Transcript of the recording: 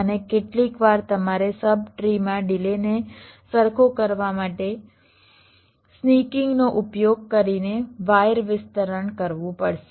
અને કેટલીકવાર તમારે સબ ટ્રી માં ડિલેને સરખો કરવા માટે સ્નીકીંગ નો ઉપયોગ કરીને વાયર વિસ્તરણ કરવું પડશે